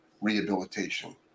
rehabilitation